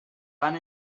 van